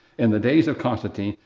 in the days of constantine,